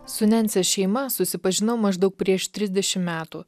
su nensės šeima susipažinau maždaug prieš trisdešim metų